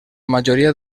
majoria